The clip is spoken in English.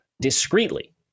discreetly